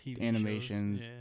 animations